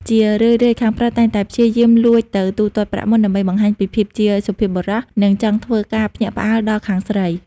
ជារឿយៗ ខាងប្រុសតែងតែព្យាយាមលួចទៅទូទាត់ប្រាក់មុន ដើម្បីបង្ហាញពីភាពជាសុភាពបុរស និងចង់ធ្វើការភ្ញាក់ផ្អើលដល់ខាងស្រី។